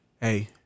Hey